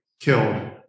killed